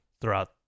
throughout